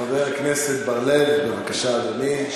חבר הכנסת בר-לב, בבקשה, אדוני.